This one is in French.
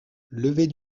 levée